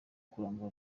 kurandura